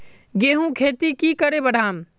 गेंहू खेती की करे बढ़ाम?